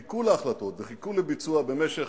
חיכו להחלטות וחיכו לביצוע במשך